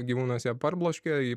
gyvūnas ją parbloškė ji